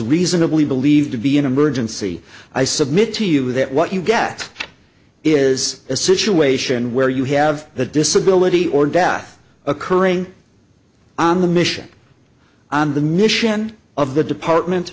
reasonably believed to be an emergency i submit to you that what you get is a situation where you have the disability or death occurring on the mission on the mission of the department